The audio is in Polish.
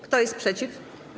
Kto jest przeciw?